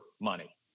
money